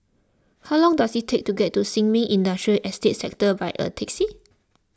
how long does it take to get to Sin Ming Industrial Estate Sector by a taxi